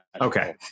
Okay